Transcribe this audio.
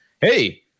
Hey